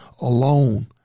alone